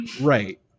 Right